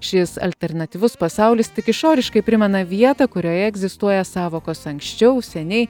šis alternatyvus pasaulis tik išoriškai primena vietą kurioje egzistuoja sąvokos anksčiau seniai